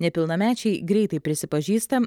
nepilnamečiai greitai prisipažįsta